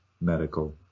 medical